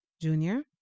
Junior